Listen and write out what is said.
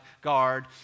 guard